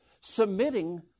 submitting